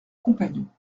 compagnons